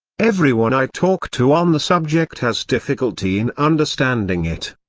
everyone i talk to on the subject has difficulty in understanding it.